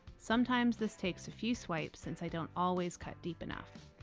sometimes this takes a few swipes since i don't always cut deep enough.